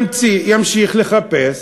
ימשיך לחפש